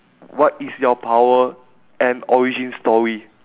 what is your power and origin story